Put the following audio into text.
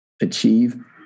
achieve